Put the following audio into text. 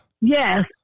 Yes